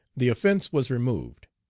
the offence was removed.